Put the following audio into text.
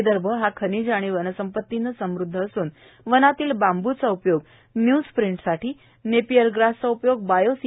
विदर्भ हा खनिज आणि वनसंपतीने समृद्ध असून वनातील बांबूचा उपयोग न्यूजप्रींटसाठी नेपियरग्रासचा उपयोग बायो सी